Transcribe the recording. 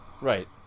Right